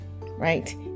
right